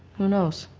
who knows.